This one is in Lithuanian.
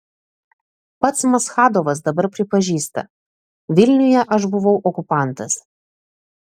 pats maschadovas dabar pripažįsta vilniuje aš buvau okupantas